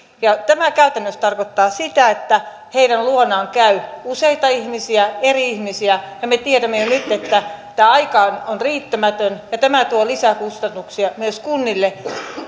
ja tämä käytännössä tarkoittaa sitä että heidän luonaan käy useita ihmisiä eri ihmisiä ja me tiedämme jo nyt että tämä aika on riittämätön ja tämä tuo lisäkustannuksia myös kunnille